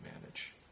manage